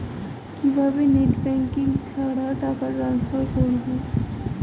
কিভাবে net banking ছাড়া টাকা টান্সফার করব?